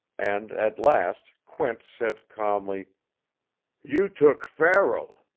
and at last, quint said calmly you took farrell